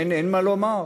אין מה לומר,